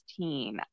16